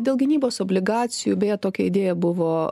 dėl gynybos obligacijų beje tokią idėją buvo